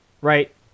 right